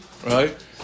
Right